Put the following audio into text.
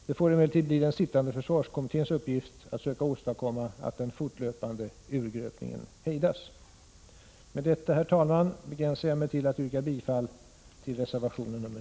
Det får emellertid bli den sittande försvarskommitténs uppgift att söka åstadkomma att den fortlöpande urgröpningen hejdas. Med detta, herr talman, begränsar jag mig till att yrka bifall till reservation 6.